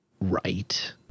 Right